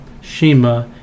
Shema